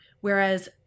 Whereas